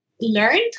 learned